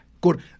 good